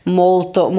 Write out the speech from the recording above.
molto